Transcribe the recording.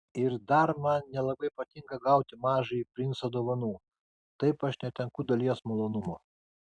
ir dar man nelabai patinka gauti mažąjį princą dovanų taip aš netenku dalies malonumo